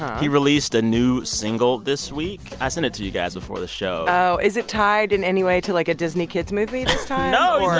he released a new single this week. i sent it to you guys before the show oh, is it tied in any way to, like, a disney kid's movie this time? no, he's,